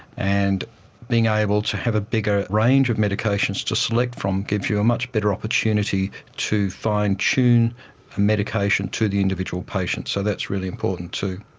and being able to have a bigger range of medications to select from gives you a much better opportunity to fine tune the medication to the individual patient, so that's really important too.